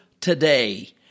today